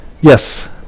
Yes